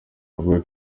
bavuga